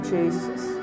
Jesus